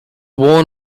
worn